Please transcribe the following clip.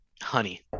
honey